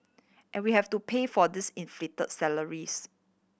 and we have to pay for these inflate salaries